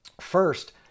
First